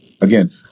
Again